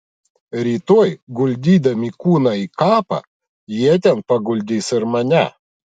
rytoj guldydami kūną į kapą jie ten paguldys ir mane